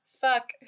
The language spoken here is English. fuck